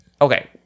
Okay